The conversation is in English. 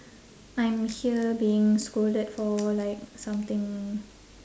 I'm here being scolded for like something